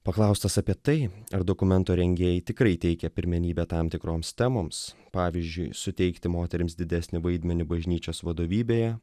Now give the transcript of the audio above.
paklaustas apie tai ar dokumento rengėjai tikrai teikia pirmenybę tam tikroms temoms pavyzdžiui suteikti moterims didesnį vaidmenį bažnyčios vadovybėje